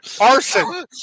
Arson